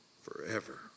forever